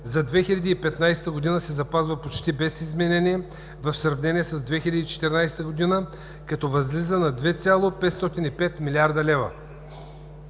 за 2015 г. се запазва почти без изменение в сравнение с 2014 г., като възлиза на 2,505 млрд. лв.